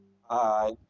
hi